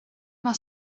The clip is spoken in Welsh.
mae